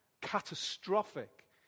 catastrophic